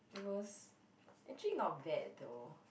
it was actually not bad though